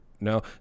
no